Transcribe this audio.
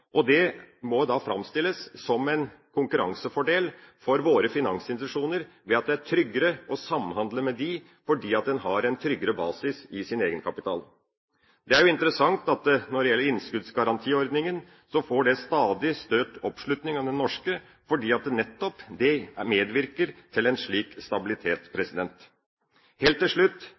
og det må framstilles som en konkurransefordel for våre finansinstitusjoner ved at det er tryggere å samhandle med dem fordi de har en tryggere basis i sin egenkapital. Det er interessant at når det gjelder innskuddsgarantiordningen, så får en stadig større oppslutning om den norske fordi nettopp det medvirker til en slik stabilitet. Helt til slutt